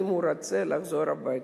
אם הוא רוצה לחזור הביתה.